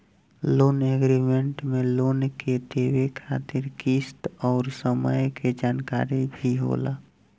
loan agreement में loan के देवे खातिर किस्त अउर समय के जानकारी भी होला